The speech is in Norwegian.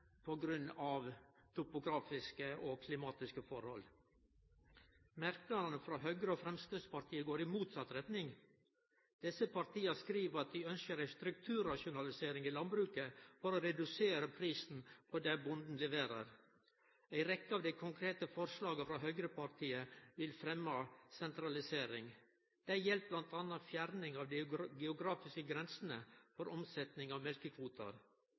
av topografiske og klimatiske forhold. Merknadene frå Høgre og Framstegspartiet går i motsett retning. Desse partia skriv at dei ønskjer ei strukturrasjonalisering i landbruket for å redusere prisen på det bonden leverer. Ei rekkje av dei konkrete forslaga frå høgrepartia vil fremje sentralisering. Det gjeld bl.a. fjerning av dei geografiske grensene for omsetjing av mjølkekvotar.